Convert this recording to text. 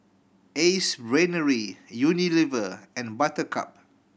Ace Brainery Unilever and Buttercup